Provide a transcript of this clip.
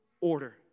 order